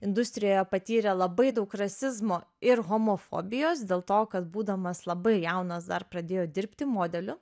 industrijoje patyrė labai daug rasizmo ir homofobijos dėl to kad būdamas labai jaunas dar pradėjo dirbti modeliu